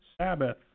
Sabbath